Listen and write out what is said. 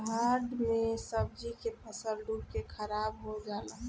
दहाड़ मे सब्जी के फसल डूब के खाराब हो जला